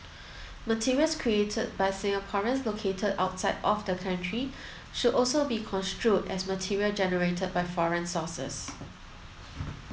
materials created by Singaporeans located outside of the country should also be construed as material generated by foreign sources